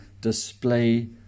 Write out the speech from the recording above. display